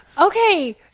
Okay